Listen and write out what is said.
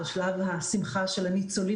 שלב השמחה של הניצולים,